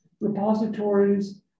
repositories